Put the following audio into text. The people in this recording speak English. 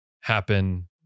happen